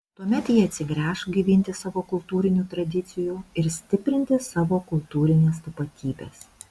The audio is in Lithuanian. tuomet jie atsigręš gaivinti savo kultūrinių tradicijų ir stiprinti savo kultūrinės tapatybės